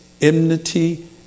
enmity